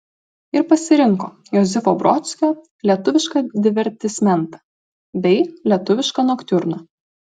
ir pasirinko josifo brodskio lietuvišką divertismentą bei lietuvišką noktiurną